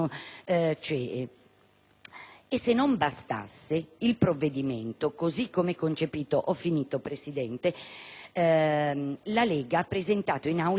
E se non bastasse il provvedimento così come concepito, la Lega ha presentato in Aula degli emendamenti singolari,